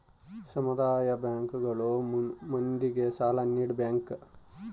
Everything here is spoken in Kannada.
ಸಮುದಾಯ ಬ್ಯಾಂಕ್ ಗಳು ಮಂದಿಗೆ ಸಾಲ ನೀಡ ಬ್ಯಾಂಕ್